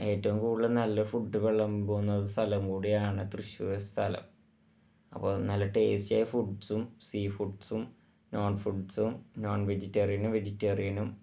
ഏറ്റവും കൂടുതൽ നല്ല ഫുഡ് വിളമ്പുന്ന ഒരു സ്ഥലം കൂടിയാണ് തൃശ്ശൂര് സ്ഥലം അപ്പോൾ നല്ല ടേസ്റ്റിയായ ഫുഡ്സും സീ ഫുഡ്സും നോണ് ഫുഡ്സും നോണ് വെജിറ്റേറിയനും വെജിറ്റേറിയനും